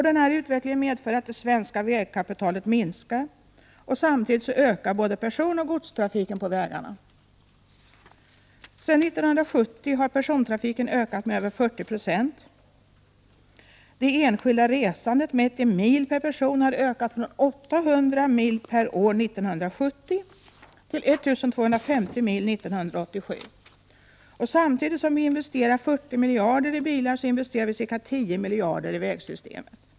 Den här utvecklingen medför att det svenska vägkapitalet minskar, och samtidigt ökar både personoch godstrafiken på vägarna. Sedan 1970 har persontrafiken ökat med över 40 20. Det enskilda resandet mätt i mil per person har ökat från 800 mil per år 1970 till 1 250 mil 1987. Samtidigt som vi investerar 40 miljarder kronor i bilar, investerar vi ca 10 miljarder kronor i vägsystemet.